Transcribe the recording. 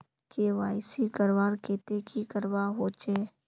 KYC करवार केते की करवा होचए?